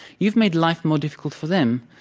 you've made life more difficult for them.